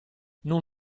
non